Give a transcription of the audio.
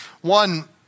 One